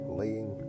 laying